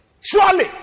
Surely